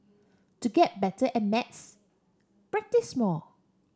to get better at maths practise more